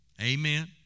amen